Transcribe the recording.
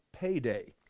payday